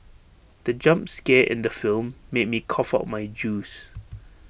the jump scare in the film made me cough out my juice